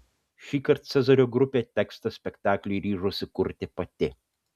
šįkart cezario grupė tekstą spektakliui ryžosi kurti pati